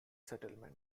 settlement